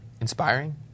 Inspiring